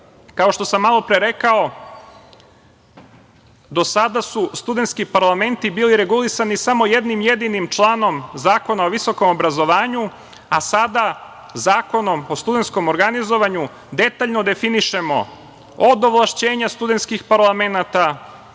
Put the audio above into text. što sam malo pre rekao, do sada su studentski parlamenti bili regulisani samo jednim jedinim članom Zakona o visokom obrazovanju, a sada Zakonom o studentskom organizovanju detaljno definišemo, od ovlašćenja studentskih parlamenata,